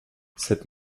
cette